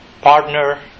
partner